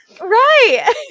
Right